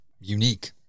unique